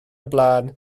blaen